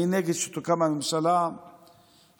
אני נגד שתוקם מהממשלה הזו.